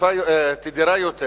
תדירה יותר